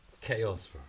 Chaos